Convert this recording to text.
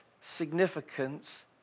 significance